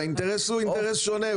האינטרס שלכם הוא שונה.